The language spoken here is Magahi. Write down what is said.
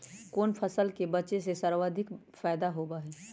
कोन फसल के बेचे से सर्वाधिक फायदा होबा हई?